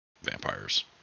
Vampires